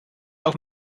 auch